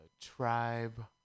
tribe